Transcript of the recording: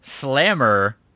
slammer